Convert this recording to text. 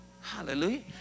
hallelujah